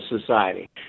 society